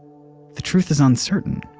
the truth is uncertain.